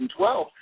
2012